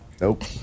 nope